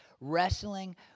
wrestling